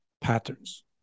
patterns